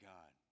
God